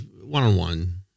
One-on-one